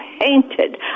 painted